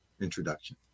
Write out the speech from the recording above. introduction